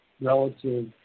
relative –